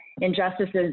injustices